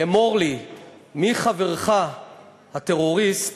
אמור לי מי חברך הטרוריסט